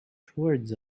towards